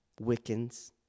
Wiccans